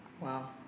wow